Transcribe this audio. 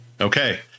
Okay